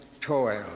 toil